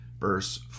verse